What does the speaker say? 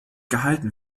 gehalten